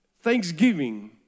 Thanksgiving